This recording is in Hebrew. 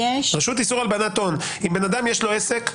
רשות איסור הלבנת הון - אם לאדם יש עסק,